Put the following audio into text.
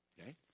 Okay